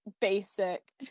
basic